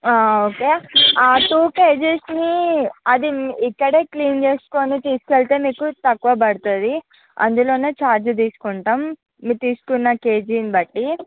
okay ఆ two కేజీస్ని అది ఇక్కడే క్లీన్ చేసుకుని తీసుకెళ్తే మీకు తక్కువ పడుతుంది అందులోనే చార్జ్ తీసుకుంటాం మీరు తీసుకున్న కేజీని బట్టి